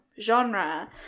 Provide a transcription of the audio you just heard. genre